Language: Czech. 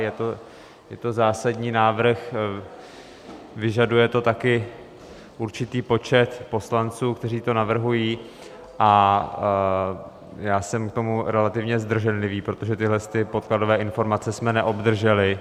Je to zásadní návrh, vyžaduje to také určitý počet poslanců, kteří to navrhují, a já jsem k tomu relativně zdrženlivý, protože tyhle podkladové informace jsme neobdrželi.